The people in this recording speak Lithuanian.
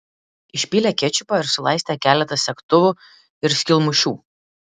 išpylė kečupą ir sulaistė keletą segtuvų ir skylmušių